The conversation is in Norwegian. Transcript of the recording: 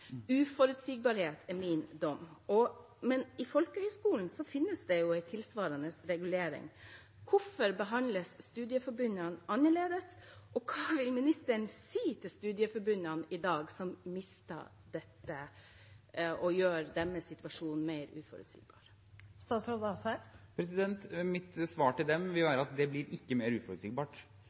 Uforutsigbarhet er min dom. Men for folkehøyskolene finnes det en tilsvarende regulering. Hvorfor behandles studieforbundene annerledes, og hva vil ministeren si til studieforbundene i dag, som mister dette og får en mer uforutsigbar situasjon? Mitt svar til dem vil være at det ikke blir mer uforutsigbart.